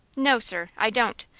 no, sir i don't.